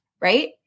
right